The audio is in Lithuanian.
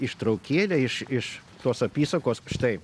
ištraukėlę iš iš tos apysakos štai